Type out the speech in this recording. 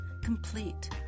complete